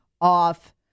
off